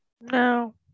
No